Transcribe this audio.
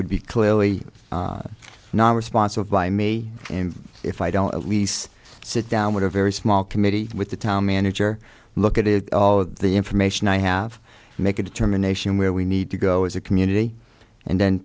would be clearly non responsive by me and if i don't lease sit down with a very small committee with the town manager look at it all of the information i have to make a determination where we need to go as a community and then